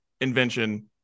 invention